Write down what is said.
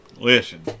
Listen